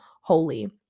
holy